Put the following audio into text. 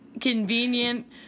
convenient